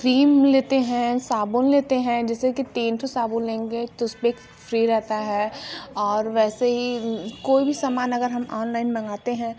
cream लेतें हैं साबुन लेते हैं जैसे कि तीन ठो साबुन लेंगे तो उस पर एक फ़्री रहता है और वैसे ही कोई भी सामान अगर हम ऑनलाइन मंगाते हैं